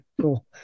cool